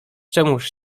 czemuż